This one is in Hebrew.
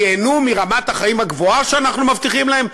ייהנו מרמת החיים הגבוהה שאנחנו מבטיחים להם?